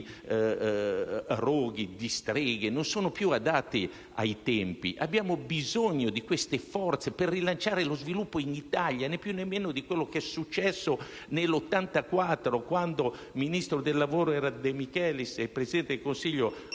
roghi e di streghe, non sono più adatti a questi tempi. Abbiamo bisogno di queste forze per rilanciare lo sviluppo in Italia, né più né meno di quello che è successo nel 1984, quando ministro del lavoro era De Michelis e presidente del Consiglio